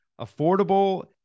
affordable